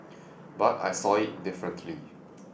but I saw it differently